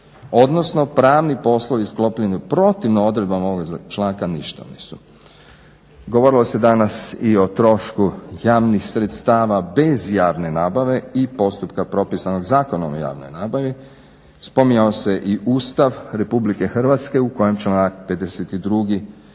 Odnosno pravni poslovi sklopljeni protivno odredbom ovog članka ništa nisu. Govorilo se danas i o trošku javnih sredstava bez javne nabave i postupka propisanog Zakonom o javnoj nabavi, spominjao se i Ustav RH u kojem članak 52.propisuje